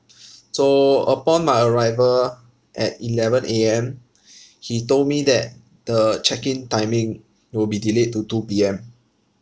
so upon my arrival at eleven A_M he told me that the check in timing will be delayed to two P_M